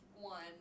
one